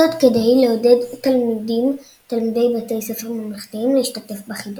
זאת כדי לעודד תלמידי בתי ספר ממלכתיים להשתתף בחידון.